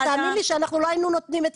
אבל תאמין לי שאנחנו לא היינו נותנים את